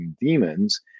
demons